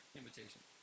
invitation